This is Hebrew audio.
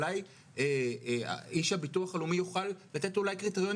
אולי איש הביטוח הלאומי יוכל לתת קריטריונים